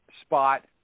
spot